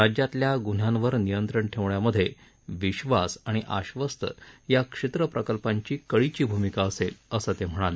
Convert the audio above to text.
राज्यातल्या गुन्ह्यांवर नियंत्रण ठेवण्यामधे विश्वास आणि आश्वस्त या क्षेत्र प्रकल्पांची कळीची भूमिका असेल असं ते म्हणाले